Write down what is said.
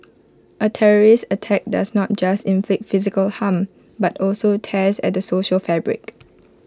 A terrorist attack does not just inflict physical harm but also tears at the social fabric